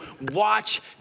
watch